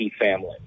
family